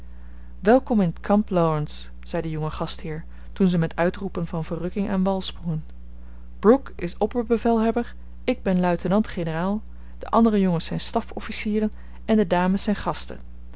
welkom in t kamp laurence zei de jonge gastheer toen ze met uitroepen van verrukking aan wal sprongen brooke is opperbevelhebber ik ben luitenant-generaal de andere jongens zijn staf officieren en de dames zijn gasten